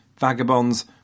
vagabonds